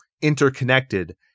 interconnected